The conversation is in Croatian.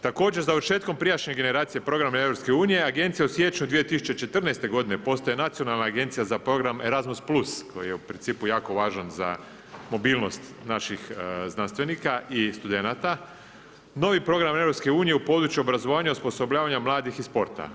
Također završetkom prijašnje generacije programa EU agencija je u siječnju 2014. postaje Nacionalna agencija za program ERASMUS+ koji je u principu jako važan za mobilnost naših znanstvenika i studenata, novi program EU u području obrazovanja, osposobljavanja mladih i sporta.